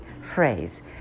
phrase